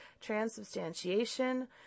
transubstantiation